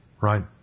right